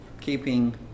keeping